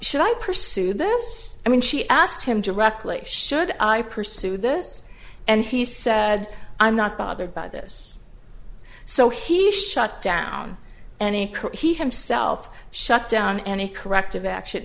should i pursue them i mean she asked him directly should i pursue this and he said i'm not bothered by this so he shut down any he himself shut down any corrective action